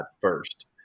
first